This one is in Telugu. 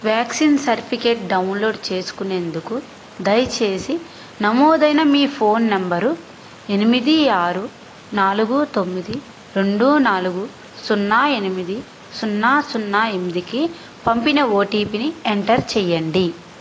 వ్యాక్సిన్ సర్టిఫికేట్ డౌన్లోడ్ చేసుకునేందుకు దయచేసి నమోదైన మీ ఫోన్ నంబరు ఎనిమిది ఆరు నాలుగు తొమ్మిది రెండు నాలుగు సున్నా ఎనిమిది సున్నా సున్నా ఎనిమిదికి పంపిన ఓటీపీని ఎంటర్ చేయండి